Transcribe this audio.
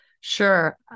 Sure